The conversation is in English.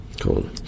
Cool